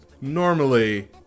normally